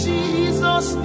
Jesus